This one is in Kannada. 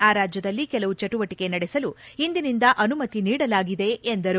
ಆ ರಾಜ್ಯದಲ್ಲಿ ಕೆಲವು ಚಟುವಟಿಕೆ ನಡೆಸಲು ಇಂದಿನಿಂದ ಅನುಮತಿ ನೀಡಲಾಗಿದೆ ಎಂದರು